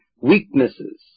Weaknesses